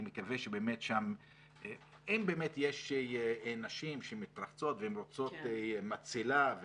אם באמת יש נשים שמתרחצות והן רוצות מצילה,